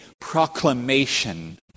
proclamation